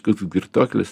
koks girtuoklis